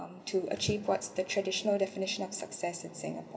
um to achieve what's the traditional definition of success in singapore